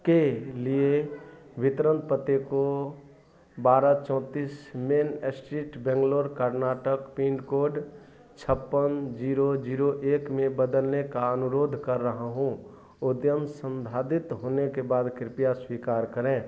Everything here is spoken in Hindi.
के लिए वितरण पते को बारह चौंतीस main street Bangalore Karnataka pin code छप्पन जीरो जीरो एक में बदलने का अनुरोध कर रहा हूँ उद्यम अद्यतन संसाधित होने के बाद कृपया स्वीकार करें